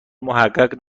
محقق